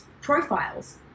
profiles